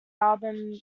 album